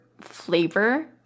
flavor